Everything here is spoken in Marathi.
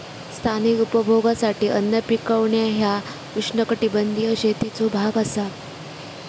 स्थानिक उपभोगासाठी अन्न पिकवणा ह्या उष्णकटिबंधीय शेतीचो भाग असा